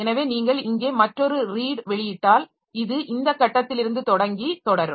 எனவே நீங்கள் இங்கே மற்றொரு ரீட் வெளியிட்டால் இது இந்த கட்டத்தில் இருந்து தொடங்கி தொடரும்